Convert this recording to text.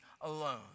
alone